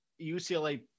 UCLA